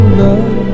love